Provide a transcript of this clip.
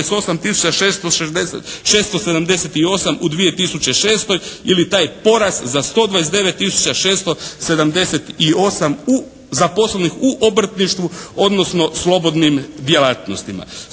678 u 2006. ili taj porast za 129 tisuća 678 u, zaposlenih u obrtništvu odnosno slobodnim djelatnostima.